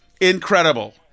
Incredible